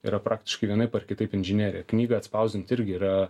yra praktiškai vienaip ar kitaip inžinerija knygą atspausdint irgi yra